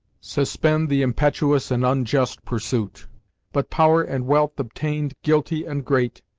suspend the impetuous and unjust pursuit but power and wealth obtain'd, guilty and great,